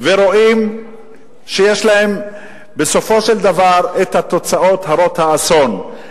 ורואים שיש להם בסופו של דבר את התוצאות הרות האסון,